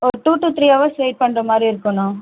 ஒரு two two three hours wait பண்ணுற மாதிரி இருக்குன்னா